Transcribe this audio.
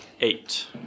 Eight